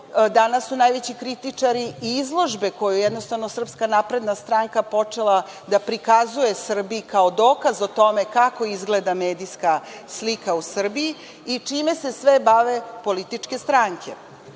danas su najveći kritičari i izložbe koju je SNS počela da prikazuje Srbiji kao dokaz o tome kako izgleda medijska slika u Srbiji i čime se sve bave političke strane.